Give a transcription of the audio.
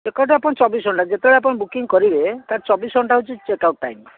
check out ଆପଣ ଚବିଶ ଘଣ୍ଟା ଯେତେବେଳେ ଆପଣ ବୁକିଂ କରିବେ ତାର ଚବିଶ ଘଣ୍ଟା ହେଉଛି ଚେକ୍ ଆଉଟ୍ ଟାଇମ୍